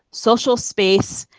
social space,